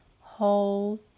hold